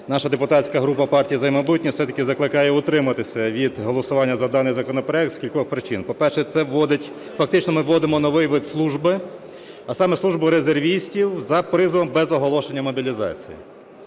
наша депутатська група "Партія "За майбутнє" все-таки закликає утриматись від голосування за даний законопроект з кількох причин. По-перше, це вводить, фактично ми вводимо новий вид служби. А саме: службу резервістів за призовом без оголошення мобілізації.